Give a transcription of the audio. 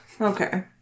Okay